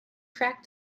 crack